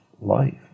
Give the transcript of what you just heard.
life